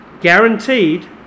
guaranteed